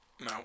No